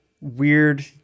weird